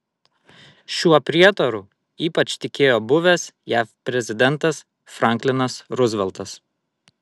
šiuo prietaru ypač tikėjo buvęs jav prezidentas franklinas ruzveltas